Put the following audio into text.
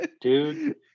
Dude